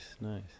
nice